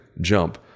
jump